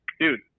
dude